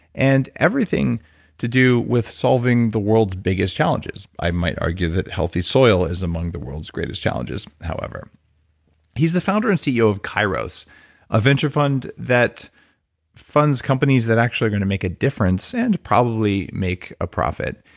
and everything to do with solving the world's biggest challenges. i might argue that healthy soil is among the world's greatest challenges, however he's the founder and ceo of, kind of a a venture fund that funds companies that actually are going to make a difference and probably make a profit.